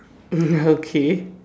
okay